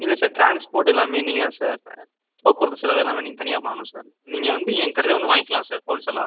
இல்லை sir transport எல்லாமே நீங்கள் தான் சார் போக்குவரத்து செலவு எல்லாமே நீங்கள் தனியாக பண்ணனும் சார் நீங்கள் வந்து என் கடையில் வந்து வாங்கிக்கலாம் சார் ஹோல்சேலாக